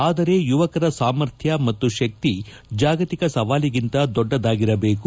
ಆದರೆ ಯುವಕರ ಸಾಮರ್ಥ್ಯ ಮತ್ತು ಶಕ್ತಿ ಜಾಗತಿಕ ಸವಾಲಿಗಿಂತ ದೊಡ್ಡದಾಗಿರಬೇಕು